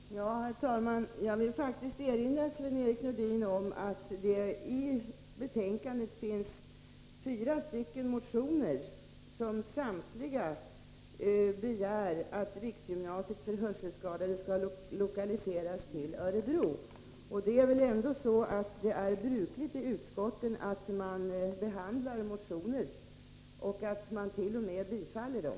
Herr talman! Jag vill faktiskt erinra Sven-Erik Nordin om att det i betänkandet behandlas fyra motioner som samtliga begär att riksgymnasiet för hörselskadade skall lokaliseras till Örebro. Det är väl ändå brukligt i utskotten att de behandlar motioner och t.o.m. tillstyrker dem.